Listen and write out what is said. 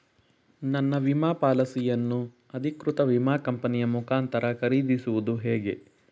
ನನ್ನ ವಿಮಾ ಪಾಲಿಸಿಯನ್ನು ಅಧಿಕೃತ ವಿಮಾ ಕಂಪನಿಯ ಮುಖಾಂತರ ಖರೀದಿಸುವುದು ಹೇಗೆ?